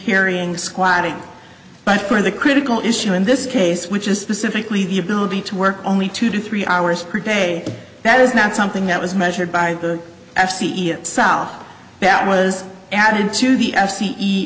carrying squatting but for the critical issue in this case which is specifically the ability to work only two to three hours per day that is not something that was measured by the f c e itself that was added to the f c e